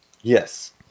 yes